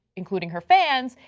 including her fans,